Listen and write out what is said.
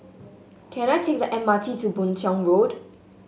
can I take the M R T to Boon Tiong Road